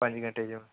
ਪੰਜ ਘੰਟੇ 'ਚ